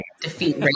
defeat